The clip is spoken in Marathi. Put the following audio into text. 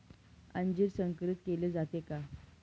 अंजीर संकरित केले जाते का?